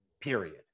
period